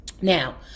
now